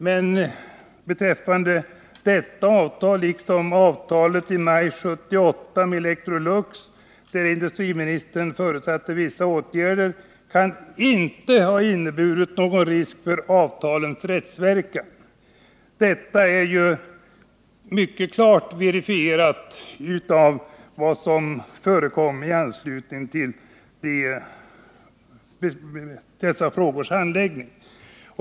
Man säger beträffande detta avtal liksom beträffande avtalet från maj 1978 med Electrolux, där industriministern förutsatte vissa åtgärder, att detta inte kan ha inneburit någon risk för avtalets rättsverkan. Det är mycket klart verifierat av vad som förekom i anslutning till dessa frågors handläggning.